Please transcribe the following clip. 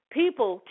people